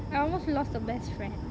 I almost lost a best friend